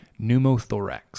pneumothorax